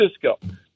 Francisco